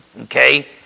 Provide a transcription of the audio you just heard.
Okay